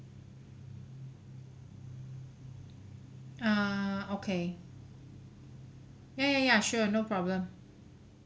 err okay ya ya ya sure no problem